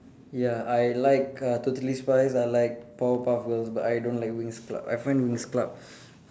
ya I like uh totally spies I like powerpuff girls but I don't like winx club I find winx club